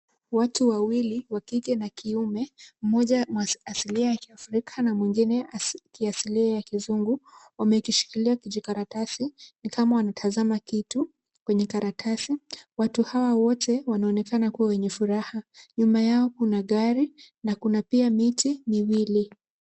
Watu wawili, wa kike na kiume, mmoja asilia ya kiafrika na mwingine asilia ya kizungu, wamekishikilia kijikaratasi ni kama wanatazama kitu kwenye karatasi. Watu hawa wote wanaonekana kuwa wenye furaha. Nyuma yao kuna gari na kuna miti miwili.